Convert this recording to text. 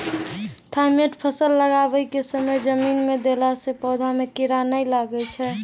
Thimet फ़सल लगाबै के समय जमीन मे देला से पौधा मे कीड़ा नैय लागै छै?